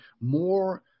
more